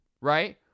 right